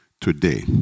today